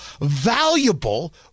valuable